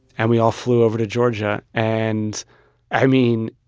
and we all flew over to georgia. and i mean,